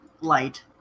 light